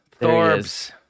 Thorbs